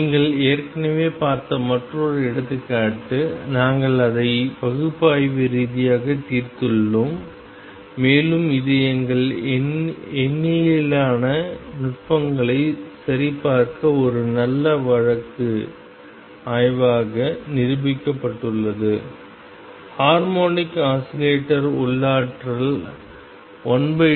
நீங்கள் ஏற்கனவே பார்த்த மற்றொரு எடுத்துக்காட்டு நாங்கள் அதை பகுப்பாய்வு ரீதியாக தீர்த்துள்ளோம் மேலும் இது எங்கள் எண்ணியலான நுட்பங்களைச் சரிபார்க்க ஒரு நல்ல வழக்கு ஆய்வாக நிரூபிக்கப்பட்டுள்ளது ஹார்மோனிக் ஆஸிலேட்டர் உள்ளாற்றல் 12kx2